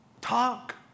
Talk